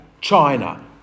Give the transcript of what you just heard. China